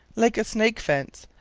like a snake fence,